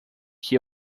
que